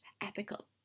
ethical